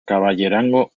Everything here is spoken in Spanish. caballerango